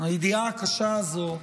הידיעה הקשה הזו,